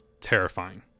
terrifying